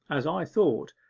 as i thought,